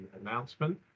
announcement